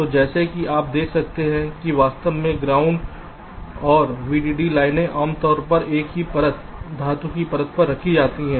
तो जैसा कि आप देख सकते हैं कि वास्तव में ग्राउंडऔर वीडीडी लाइनें आमतौर पर एक ही परत धातु की परत पर रखी जाती हैं